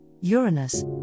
Uranus